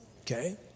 Okay